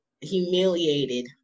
humiliated